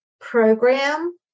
program